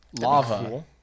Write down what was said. Lava